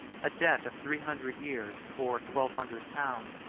a debt of three hundred years, or twelve hundred pounds,